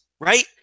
right